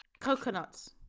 coconuts